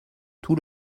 tout